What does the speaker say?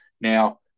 Now